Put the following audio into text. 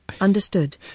understood